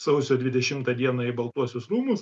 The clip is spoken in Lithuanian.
sausio dvidešimtą dieną į baltuosius rūmus